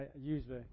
usually